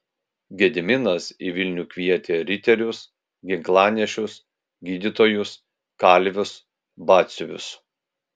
gediminas į vilnių kvietė riterius ginklanešius gydytojus kalvius batsiuvius